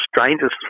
strangest